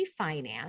refinance